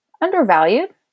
undervalued